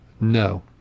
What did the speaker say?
no